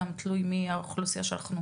גם תלוי מי האוכלוסיה שאנחנו